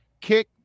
kick